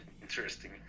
interesting